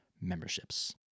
memberships